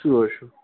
sure sure